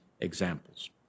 examples